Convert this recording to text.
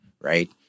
right